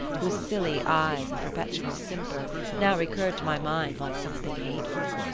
whose silly eyes and perpetual simper now recurred to my mind like something hateful.